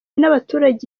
n’abaturage